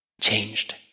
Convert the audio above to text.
changed